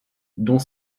dont